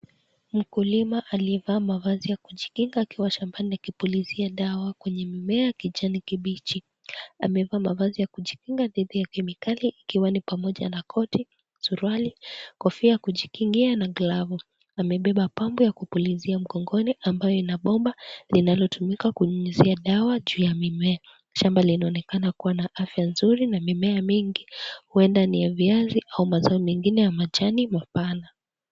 Mkulima aliyevaa mavazi ya kujikinga akiwa shambani akipulizia dawa kwenye mimea ya kijani kibichi. Amevaa mavazi ya kujikinga dhidi ya kemikali ikiwa ni pamoja na koti, suruali, kofia ya kujikingia na glavu. Amebeba pampu ya kupulizia mgongoni ambayo ina bomba linalotumika kunyunyizia dawa juu ya mimea. Shamba linaonekana kuwa na afya nzuri na mimea mengi huenda ni ya viazi au mazao mengine ya viazi mapana.